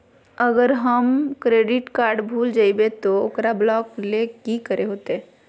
अगर हमर credit card भूल जइबे तो ओकरा ब्लॉक लें कि करे होते?